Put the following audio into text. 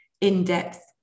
in-depth